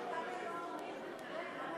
אתה צודק אבל תסביר למה הם לא עוברים,